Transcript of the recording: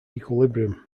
equilibrium